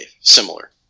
similar